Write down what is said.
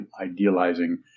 idealizing